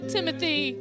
Timothy